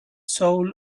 soul